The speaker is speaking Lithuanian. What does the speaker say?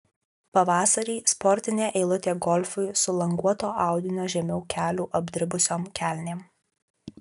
pavasarį sportinė eilutė golfui su languoto audinio žemiau kelių apdribusiom kelnėm